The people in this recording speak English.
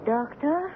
Doctor